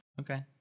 Okay